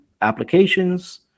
applications